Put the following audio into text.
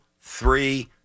three